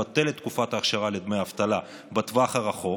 לבטל את תקופת האכשרה לדמי אבטלה בטווח הרחוק,